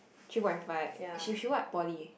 three point five she she what poly